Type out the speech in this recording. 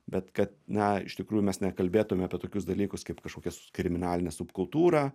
bet kad na iš tikrųjų mes nekalbėtume apie tokius dalykus kaip kažkokia su kriminalinė subkultūra